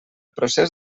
procés